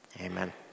amen